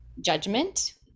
judgment